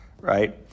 right